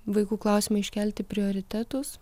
vaikų klausimą iškelti prioritetus